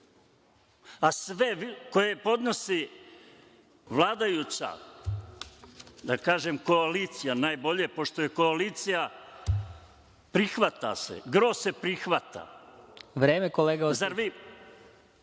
a sve koje podnosi vladajuća, da kažem koalicija najbolje, pošto je koalicija prihvata se, gro se prihvata. **Vladimir